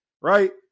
right